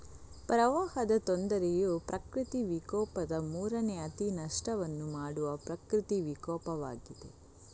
ಪ್ರವಾಹದ ತೊಂದರೆಯು ಪ್ರಕೃತಿ ವಿಕೋಪದ ಮೂರನೇ ಅತಿ ನಷ್ಟವನ್ನು ಮಾಡುವ ಪ್ರಕೃತಿ ವಿಕೋಪವಾಗಿದೆ